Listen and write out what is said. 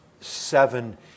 seven